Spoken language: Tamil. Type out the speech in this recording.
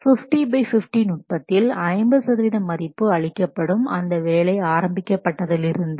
50 பை 50 நுட்பத்தில் 50 சதவீத மதிப்பு அளிக்கப்படும் அந்த வேலை ஆரம்பிக்கப்பட்டதிலிருந்து